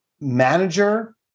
manager